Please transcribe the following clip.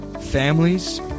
families